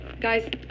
Guys